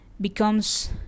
becomes